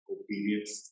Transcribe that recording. obedience